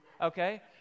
okay